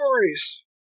stories